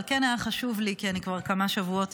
אבל כן היה חשוב לי, כי אני כבר כמה שבועות